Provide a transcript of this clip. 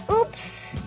Oops